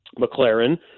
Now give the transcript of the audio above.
McLaren